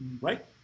right